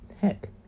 heck